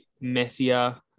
messier